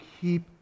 keep